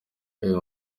uyu